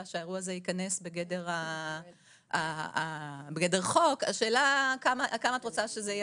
שהאירוע הזה ייכנס בגדר החוק וכמה את רוצה שזה יהיה